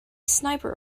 sniper